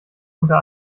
unter